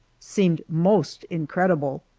seemed most incredible.